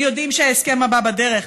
הם יודעים שההסכם הבא בדרך,